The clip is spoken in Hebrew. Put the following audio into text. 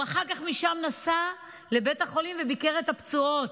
משם הוא נסע לבית החולים וביקר את הפצועות.